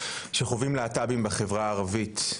שחווים להט״בים בחברה הערבית.